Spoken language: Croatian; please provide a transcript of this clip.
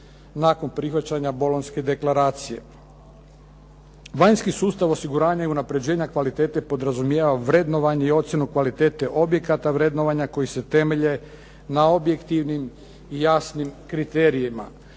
nakon prihvaćanja Bolonjske deklaracije. Vanjski sustav osiguranja i unapređenja kvalitete podrazumijeva vrednovanje i ocjenu kvalitete objekata vrednovanja koji se temelje na objektivnim i jasnim kriterijima.